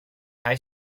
high